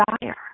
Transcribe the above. desire